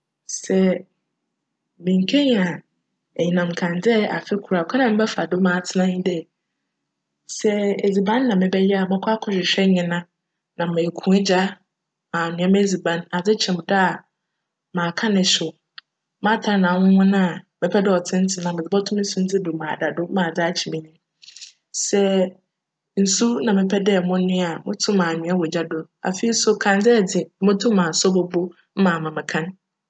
Sj mennkenya enyinam kandzea afe kor a kwan a mebjfa do m'atsena nye dj, sj edziban na mebjyj a, mobckc akchwehwj hena na meekunwa gya m'anoa m'edziban. Adzekye do a, m'aka no hyew. M'atar na aponpon a, medze bcto mo sundze do m'ada do ma adze akye m'enyim. Sj nsu na mepj dj monoa a mobotum anoa no wc gya do. Afei so kandzea dze, mobotum asc bobo ma ama me kan.